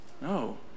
No